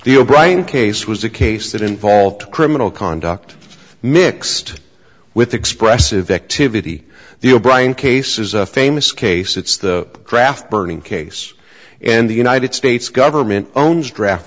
o'brien case was a case that involved criminal conduct mixed with expressive activity the o'brien case is a famous case it's the draft burning case and the united states government owns draft